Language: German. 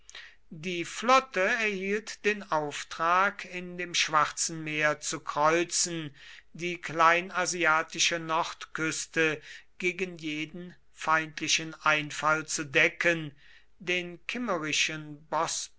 die flotte erhielt den auftrag in dem schwarzen meer zu kreuzen die kleinasiatische nordküste gegen jeden feindlichen einfall zu decken den kimmerischen